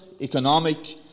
economic